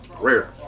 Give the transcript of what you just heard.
Rare